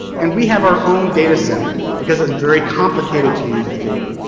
and we have our own data center because it's very complicated to use the data.